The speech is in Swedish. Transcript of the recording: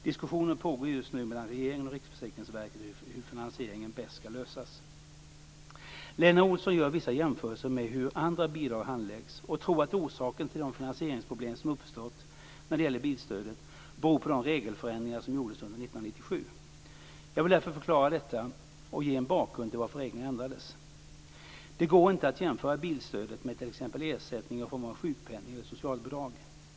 Diskussioner pågår just nu mellan regeringen och Riksförsäkringsverket om hur finansieringen bäst ska lösas. Lena Olsson gör vissa jämförelser med hur andra bidrag handläggs och tror att orsaken till de finansieringsproblem som uppstått, när det gäller bilstödet, är de regelförändringar som gjordes under år 1997. Jag vill därför förklara detta och ge en bakgrund till varför reglerna ändrades. Det går inte att jämföra bilstödet med t.ex. ersättning i form av sjukpenning eller socialbidrag.